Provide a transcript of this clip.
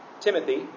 Timothy